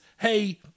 hey